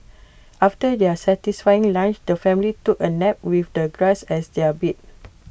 after their satisfying lunch the family took A nap with the grass as their bee